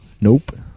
Nope